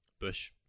Bush